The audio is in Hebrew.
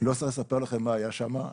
לא צריך לספר לכם מה היה שם.